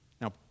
Now